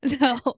No